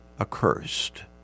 accursed